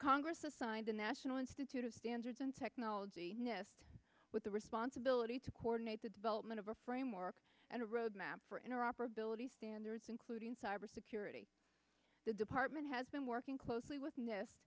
congress assigned the national institute of standards and technology nist with the responsibility to coordinate the development of a framework and a roadmap for inner operability standards including cybersecurity the department has been working closely with nist